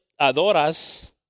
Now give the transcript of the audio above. adoras